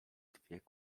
dwie